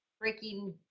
breaking